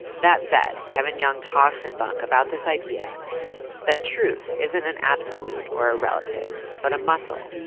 that said. kevin young talks in bunk about this idea that truth isn't an absolute or a relative, but a muscle.